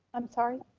i'm sorry.